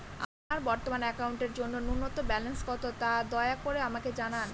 আমার বর্তমান অ্যাকাউন্টের জন্য ন্যূনতম ব্যালেন্স কত, তা দয়া করে আমাকে জানান